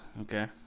Okay